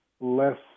less